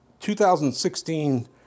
2016